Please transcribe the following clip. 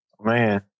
Man